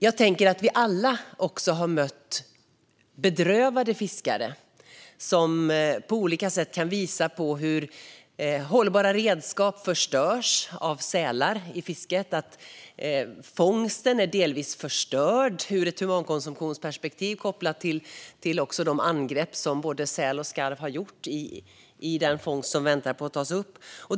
Jag tänker att vi alla har mött bedrövade fiskare som på olika sätt kan visa hur hållbara redskap förstörs av säl i fisket och att fångsten delvis är förstörd ur ett humankonsumtionsperspektiv kopplat till de angrepp som både säl och skarv har gjort på den fångst som väntar på att tas upp.